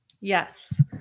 Yes